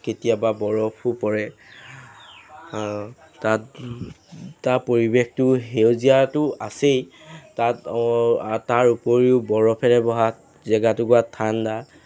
কেতিয়াবা বৰফো পৰে তাত তাৰ পৰিৱেশটো সেউজীয়াটো আছেই তাত অঁ তাৰ উপৰিও বৰফেৰে বহা জাগা টুকুৰা ঠাণ্ডা